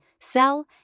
sell